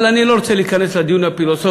אבל אני לא רוצה להיכנס לדיון הפילוסופי,